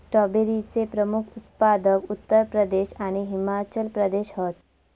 स्ट्रॉबेरीचे प्रमुख उत्पादक उत्तर प्रदेश आणि हिमाचल प्रदेश हत